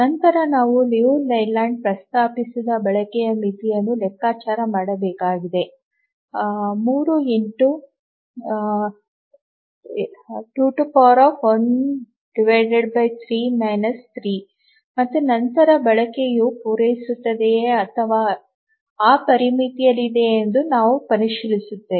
ನಂತರ ನಾವು Liu Layland ಪ್ರಸ್ತಾಪಿಸಿದ ಬಳಕೆಯ ಮಿತಿಯನ್ನು ಲೆಕ್ಕಾಚಾರ ಮಾಡಬೇಕಾಗಿದೆ 3 ಮತ್ತು ನಂತರ ಬಳಕೆಯು ಪೂರೈಸುತ್ತದೆಯೇ ಅಥವಾ ಆ ಪರಿಮಿತಿಯಲ್ಲಿದೆ ಎಂದು ನಾವು ಪರಿಶೀಲಿಸುತ್ತೇವೆ